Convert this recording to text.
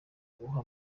guha